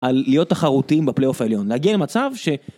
על להיות תחרותים בפלייאוף העליון, להגיע למצב ש...